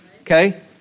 Okay